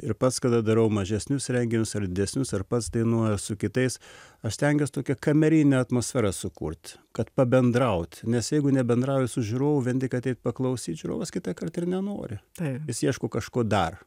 ir pats kada darau mažesnius renginius ar didesnius ar pats dainuoju su kitais aš stengiuos toki kamerinę atmosferą sukurt kad pabendraut nes jeigu nebendrauji su žiūrovu vien tik ateit paklausyt žiūrovas kitąkart ir nenori vis ieškau kažko dar